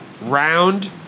Round